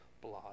blood